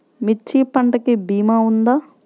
మిర్చి పంటకి భీమా ఉందా?